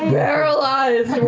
paralyzed.